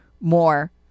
more